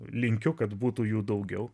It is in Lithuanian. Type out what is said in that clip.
linkiu kad būtų jų daugiau